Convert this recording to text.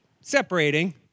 separating